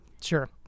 Sure